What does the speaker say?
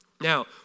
Now